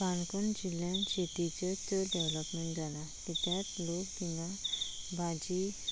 काणकोण जिल्ल्या शेतीचें चड डॅवलॉपमॅण जालां कित्याक लोक थिंगा भाजी